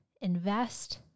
invest